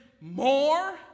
more